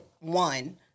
one